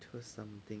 choose something